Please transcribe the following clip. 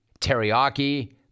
teriyaki